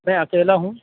میں اکیلا ہوں